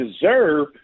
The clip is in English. deserve